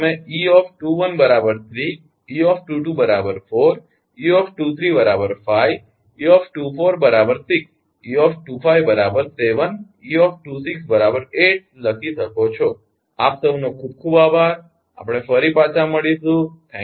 તેથી તમે 𝑒21 3 𝑒22 4 𝑒23 5 𝑒24 6 𝑒25 7 𝑒26 8 લખી શકો છો ખૂબ ખૂબ આભાર અમે પાછા આવીશું